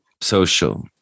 social